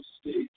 states